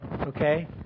okay